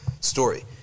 story